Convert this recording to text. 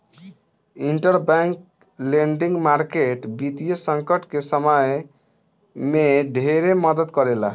interbank lending market वित्तीय संकट के समय में ढेरे मदद करेला